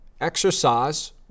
Exercise